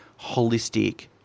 holistic